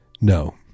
No